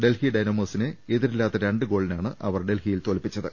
ഡൽഹി ഡൈനാമോസിനെ എതിരില്ലാത്ത രണ്ട് ഗോളിനാണ് അവർ തോൽപ്പിച്ചത്